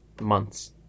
months